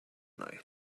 night